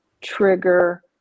trigger